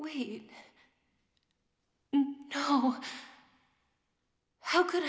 we know how could